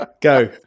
Go